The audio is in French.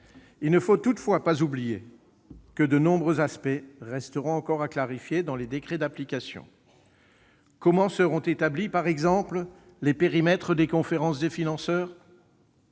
Il ne faut toutefois pas oublier que de nombreux aspects resteront encore à clarifier dans les décrets d'application. Comment seront établis, par exemple, les périmètres des conférences des financeurs ?